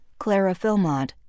Clarafilmont